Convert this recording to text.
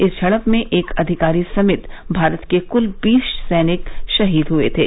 इस झड़प में एक अधिकारी समेत भारत के कुल बीस सैनिक शहीद हुए थे